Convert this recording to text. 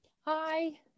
Hi